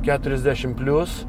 keturiasdešim plius